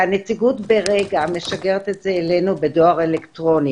הנציגות ברגע משגרת את זה אלינו בדואר אלקטרוני.